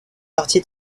partie